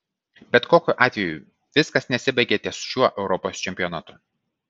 bet kokiu atveju viskas nesibaigia ties šiuo europos čempionatu